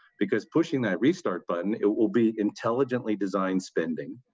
because pushing that restart button, it will be intelligently-designed spending.